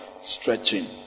Stretching